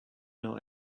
not